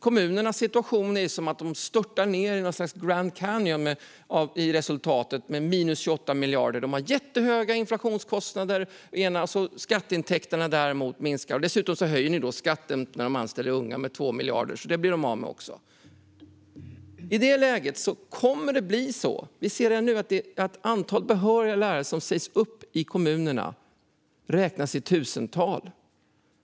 Kommunernas situation är sådan att det är som om deras resultat - minus 28 miljarder - störtar ned i något slags Grand Canyon. De har jättehöga inflationskostnader medan skatteintäkterna minskar, och dessutom höjer ni skatten på att anställa unga med 2 miljarder, så de pengarna blir de också av med. Vi ser redan nu att antalet behöriga lärare som sägs upp i kommunerna räknas i tusental.